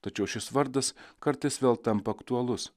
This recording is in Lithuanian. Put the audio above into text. tačiau šis vardas kartais vėl tampa aktualus